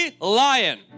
lion